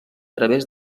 través